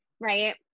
right